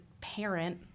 parent